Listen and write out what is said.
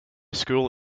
school